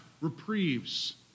reprieves